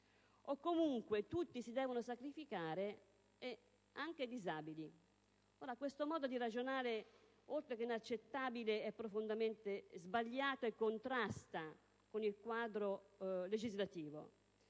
o comunque tutti si devono sacrificare, anche i disabili. Questo modo di ragionare, oltre che inaccettabile, è profondamente sbagliato e contrasta con il quadro legislativo.